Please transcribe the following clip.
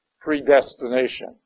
predestination